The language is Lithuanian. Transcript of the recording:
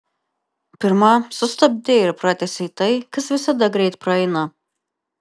pirma sustabdei ir pratęsei tai kas visada greit praeina